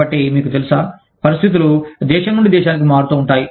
కాబట్టి మీకు తెలుసా పరిస్థితులు దేశం నుండి దేశానికి మారుతూ ఉంటాయి